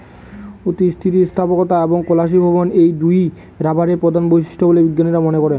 অতি স্থিতিস্থাপকতা এবং কেলাসীভবন এই দুইই রবারের প্রধান বৈশিষ্ট্য বলে বিজ্ঞানীরা মনে করেন